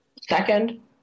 Second